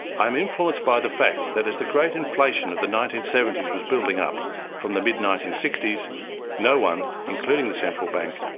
i'm influenced by the fact that as the great inflation of the nineteen seventy s was building up from the mid nineteen sixty s, you know no-one, including the central bank,